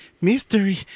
mystery